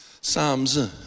Psalms